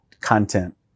content